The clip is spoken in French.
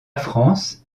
france